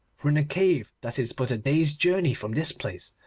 for in a cave that is but a day's journey from this place